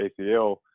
ACL